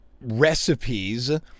recipes